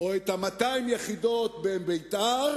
את 200 היחידות בביתר